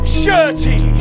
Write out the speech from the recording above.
shirty